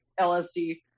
LSD